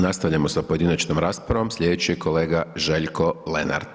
Nastavljamo s pojedinačnom raspravom, sljedeći je kolega Željko Lenart.